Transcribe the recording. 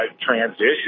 transition